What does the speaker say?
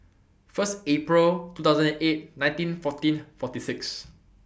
First April two thousand and eight nineteen fourteen forty six